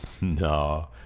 No